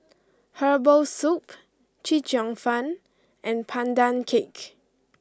Herbal Soup Chee Cheong Fun and Pandan Cake